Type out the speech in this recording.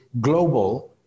global